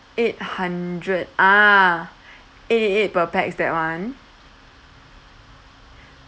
eight hundred ah eight eight eight per pax that one